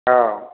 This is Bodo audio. औ